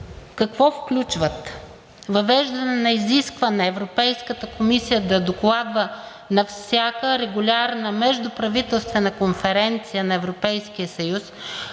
Какво включват? Въвеждане на изискване Европейската комисия да докладва на всяка регулярна междуправителствена конференция на Европейския съюз